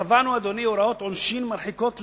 קבענו, אדוני, הוראות עונשין מרחיקות לכת,